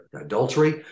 adultery